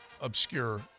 obscure